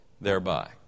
thereby